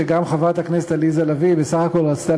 שגם חברת הכנסת עליזה לביא בסך הכול רצתה